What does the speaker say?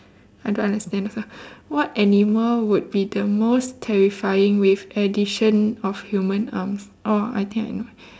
I don't understand sia what animal would be the most terrifying with addition of human arms oh I think I know